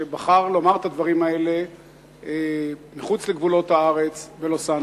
שבחר לומר את הדברים האלה מחוץ לגבולות הארץ,